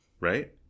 right